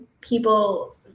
people